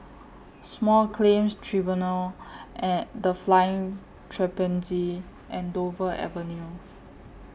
Small Claims Tribunals and The Flying Trapeze and Dover Avenue